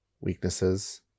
weaknesses